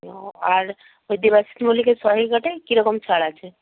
ও আর ওই দেবাশীষ মৌলিকের সহায়িকাটায় কীরকম ছাড় আছে